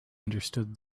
understood